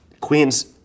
Queens